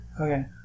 Okay